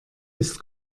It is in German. ist